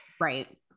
Right